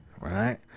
right